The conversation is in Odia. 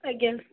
ଆଜ୍ଞା